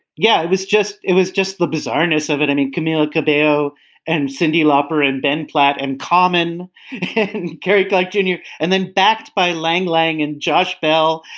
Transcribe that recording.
yeah. it was just it was just the bizarreness of it. and camille cabello and cyndi lauper and ben platt and common carey, guy junior, and then backed by lang lang and josh bell.